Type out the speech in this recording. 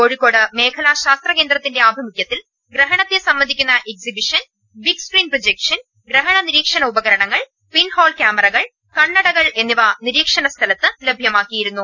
കോഴിക്കോട് മേഖലാ ശാസ്ത്രകേന്ദ്രത്തിന്റെ ആഭിമുഖ്യത്തിൽ ്ഗ്രഹണത്തെ സംബന്ധിക്കുന്ന എക്സ്ബിഷൻ ബിഗ് സ്ക്രീൻ പ്രോജക്ഷൻ ഗ്രഹണ നീരീക്ഷണ ഉപകരണങ്ങൾ പിൻഹോൾ ക്യാമറകൾ കണ്ണടകൾ എന്നിവ നിരീക്ഷണ സ്ഥലത്ത് ലഭൃമാക്കിയിരുന്നു